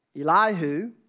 Elihu